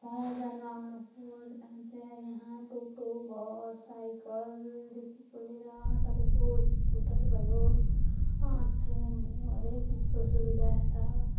छ जानु आउनुको अन्त यहाँ टोटो बस साइकलदेखिको लिएर तपाईँको स्कुटर भयो ट्रेन भयो धेरै चिजको सुविधा छ